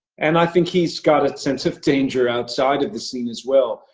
and i think he's got a sense of danger outside of the scene as well.